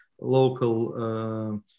local